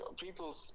people